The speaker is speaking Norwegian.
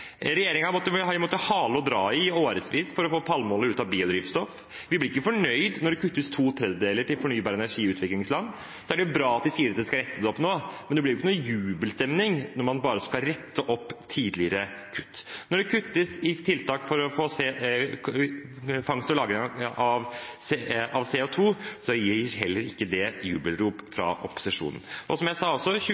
har vi måttet hale og dra i i årevis for å få palmeolje ut av biodrivstoff. Vi blir ikke fornøyd når det kuttes to tredjedeler til fornybar energi i utviklingsland. Det er bra de sier at de skal rette det opp nå, men det blir ingen jubelstemning når man bare skal rette opp tidligere kutt. Når det kuttes i tiltak for CO 2 -fangst og -lagring, gir heller ikke det jubelrop fra opposisjonen. Og som jeg sa: